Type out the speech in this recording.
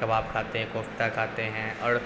کباب کھاتے ہیں کوفتہ کھاتے ہیں اور